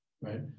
right